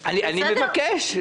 אני מבקש,